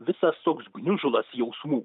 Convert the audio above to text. visas toks gniužulas jausmų